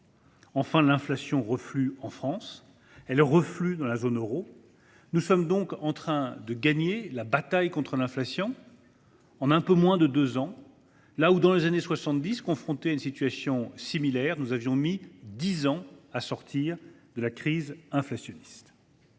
Ensuite, l’inflation reflue en France et dans la zone euro. Nous sommes donc en train de gagner la bataille contre l’inflation en un peu moins de deux ans, alors que dans les années 1970, dans une situation similaire, nous avions mis dix ans à sortir de la crise inflationniste.